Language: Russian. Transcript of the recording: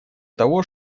того